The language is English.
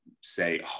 say